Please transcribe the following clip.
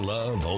Love